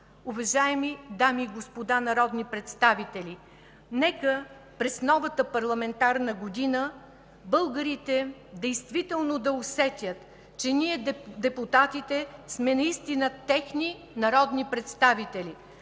Уважаеми дами и господа народни представители, нека през новата парламентарна година българите действително да усетят, че ние депутатите сме наистина техни народни представители.